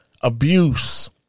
abuse